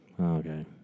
okay